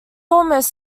almost